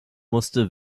musste